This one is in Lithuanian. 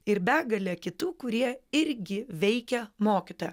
ir begalė kitų kurie irgi veikia mokytoją